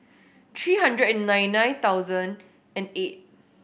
three hundred and ninety nine thousand and eight